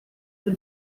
del